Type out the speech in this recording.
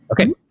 Okay